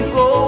go